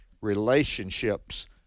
relationships